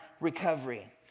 recovery